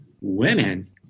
Women